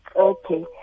Okay